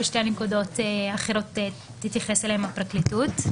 ולשתי הנקודות האחרות תתייחס הפרקליטות.